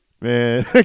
Man